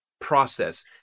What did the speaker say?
process